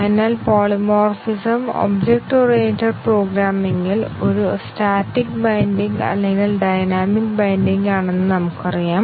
അതിനാൽ polymorphism object oriented പ്രോഗ്രാമിംഗിൽ ഒരു സ്റ്റാറ്റിക് ബൈൻഡിംഗ് അല്ലെങ്കിൽ ഡൈനാമിക് ബൈൻഡിംഗ് ആണെന്ന് നമുക്കറിയാം